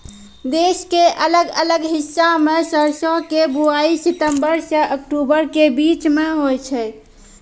देश के अलग अलग हिस्सा मॅ सरसों के बुआई सितंबर सॅ अक्टूबर के बीच मॅ होय छै